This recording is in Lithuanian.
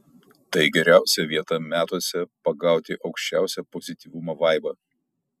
tai geriausia vieta metuose pagauti aukščiausią pozityvumo vaibą